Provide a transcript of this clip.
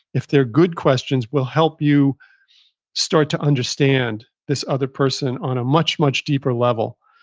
if they're good questions, will help you start to understand this other person on a much, much deeper level.